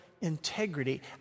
integrity